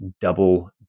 double